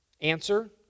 Answer